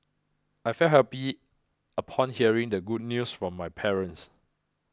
I felt happy upon hearing the good news from my parents